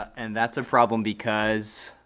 and that's a problem because.